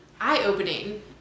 eye-opening